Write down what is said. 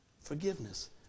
forgiveness